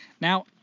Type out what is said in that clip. Now